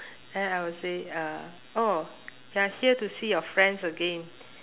and then I will say uh oh you're here to see your friends again